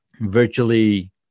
virtually